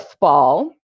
ball